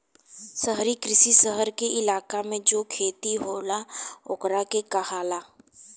शहरी कृषि, शहर के इलाका मे जो खेती होला ओकरा के कहाला